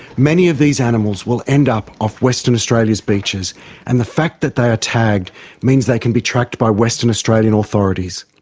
many of these animals will end up off western australia's beaches and the fact that they are tagged means they can be tracked by western australian authorities.